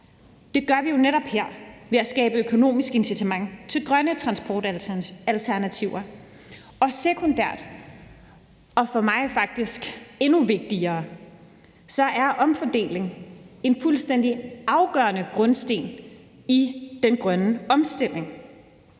Det gør vi jo netop her ved at skabe økonomisk incitament til grønne transportalternativer. Sekundært og for mig faktisk endnu vigtigere er omfordeling en fuldstændig afgørende grundsten i den grønne omstilling.